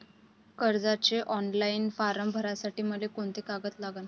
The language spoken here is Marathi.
कर्जाचे ऑनलाईन फारम भरासाठी मले कोंते कागद लागन?